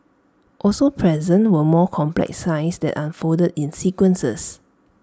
also present were more complex signs that unfolded in sequences